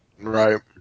Right